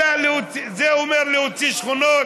אלא זה אומר להוציא שכונות,